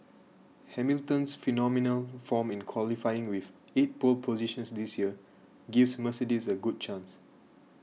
Hamilton's phenomenal form in qualifying with eight pole positions this year gives Mercedes a good chance